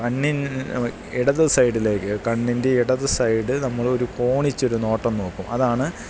കണ്ണിൻ ഇടത് സൈഡിലേക്ക് കണ്ണിൻ്റെ ഇടത് സൈഡ് നമ്മളൊരു കോണിച്ചൊരു നോട്ടം നോക്കും അതാണ്